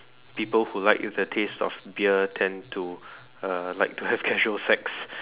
people who like the taste of beer tend to uh like to have causal sex